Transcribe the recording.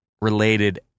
related